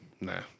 Nah